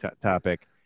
topic